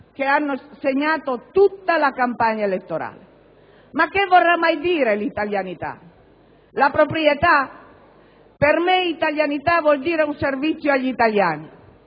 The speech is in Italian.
che hanno segnato tutta la campagna elettorale. Ma che vorrà mai dire italianità? Forse vuol dire proprietà? Per me italianità vuol dire servizio agli italiani,